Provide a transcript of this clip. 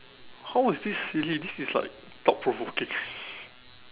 how is this silly this is like thought provoking